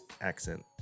accent